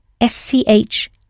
S-C-H